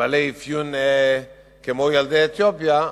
בעלי אפיון כמו ילדי אתיופיה,